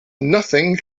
nothing